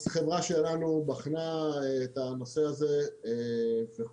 אז החברה שלנו בחנה את הנושא הזה וחושבת